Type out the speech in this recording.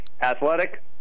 athletic –